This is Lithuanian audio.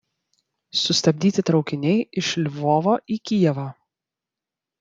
sustabdyti traukiniai iš lvovo į kijevą